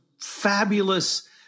Fabulous